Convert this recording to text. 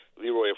Leroy